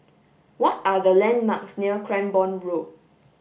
what are the landmarks near Cranborne Road